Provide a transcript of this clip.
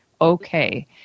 Okay